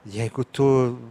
jeigu tu